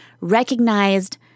recognized